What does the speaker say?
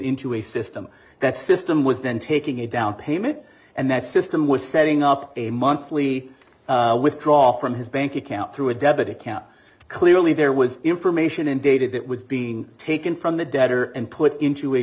into a system that system was then taking a down payment and that system was setting up a monthly withdraw from his bank account through a debit account clearly there was information and data that was being taken from the debtor and put into a